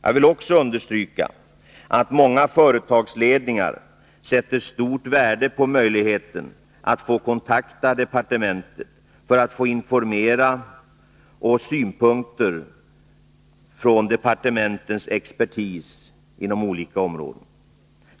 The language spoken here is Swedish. Jag vill också understryka att många företagsledningar sätter stort värde på möjligheten att få kontakta departementet för att få information och synpunkter från departementets expertis inom olika områden.